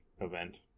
event